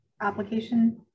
application